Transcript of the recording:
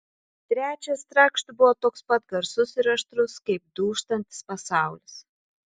trečias trakšt buvo toks pat garsus ir aštrus kaip dūžtantis pasaulis